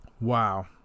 Wow